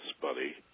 buddy